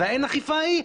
וה"אין אכיפה" ההיא,